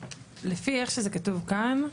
לפי איך שזה כתוב כאן,